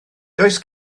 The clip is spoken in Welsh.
does